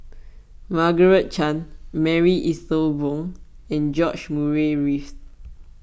Margaret Chan Marie Ethel Bong and George Murray Reith